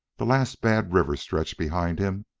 the last bad river-stretch behind him,